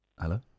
Hello